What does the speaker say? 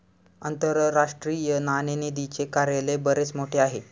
आंतरराष्ट्रीय नाणेनिधीचे कार्यालय बरेच मोठे आहे